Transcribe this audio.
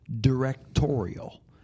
directorial